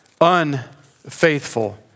unfaithful